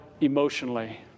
emotionally